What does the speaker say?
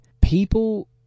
people